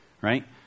right